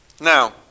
Now